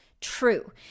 true